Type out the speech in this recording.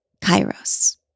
Kairos